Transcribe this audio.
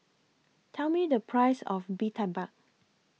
Tell Me The Price of Bee Tai Mak